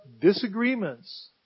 disagreements